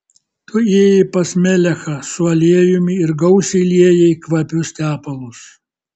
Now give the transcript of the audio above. tu ėjai pas melechą su aliejumi ir gausiai liejai kvapius tepalus